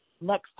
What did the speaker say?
Next